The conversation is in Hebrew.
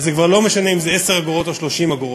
וזה כבר לא משנה אם זה 10 אגורות או 30 אגורות.